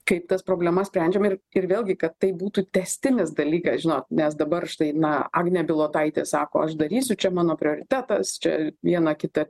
kaip tas problemas sprendžiam ir ir vėlgi kad tai būtų tęstinis dalykas žinot nes dabar štai na agnė bilotaitė sako aš darysiu čia mano prioritetas čia vieną kitą